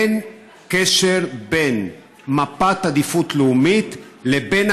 אין קשר בין מפת עדיפות לאומית לבין